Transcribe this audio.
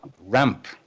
ramp